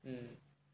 mm